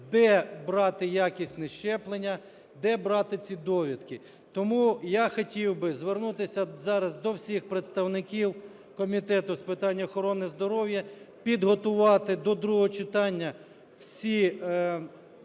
де брати якісні щеплення? Де брати ці довідки? Тому я хотів би звернутися зараз до всіх представників Комітету з питань охорони здоров'я, підготувати до другого читання всі